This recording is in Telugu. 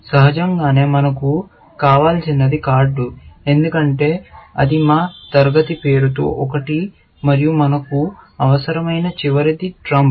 సహజంగానే మనకు కావాల్సినది కార్డు ఎందుకంటే అది మా తరగతి పేర్లలో ఒకటి మరియు మనకు అవసరమైన చివరిది ట్రంప్